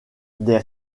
des